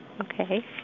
Okay